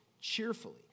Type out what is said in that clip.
cheerfully